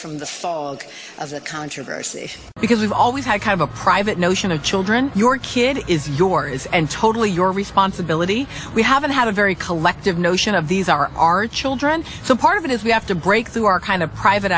from the fog of the controversy because you've always had kind of a private notion of children your kid is your is and totally your responsibility we haven't had a very collective notion of these are our children so part of it is we have to break through our kind of private